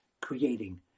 Creating